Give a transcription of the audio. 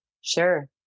Sure